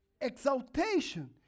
exaltation